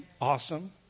awesome